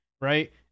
right